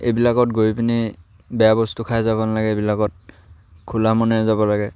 এইবিলাকত গৈ পিনি বেয়া বস্তু খাই যাব নালাগে এইবিলাকত খোলা মনেৰে যাব লাগে